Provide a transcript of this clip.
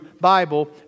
Bible